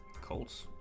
Colts